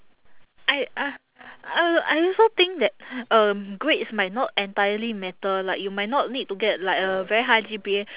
I uh uh I also think that um grades might not entirely matter like you might not need to get like a very high G_P_A